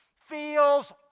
feels